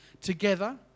together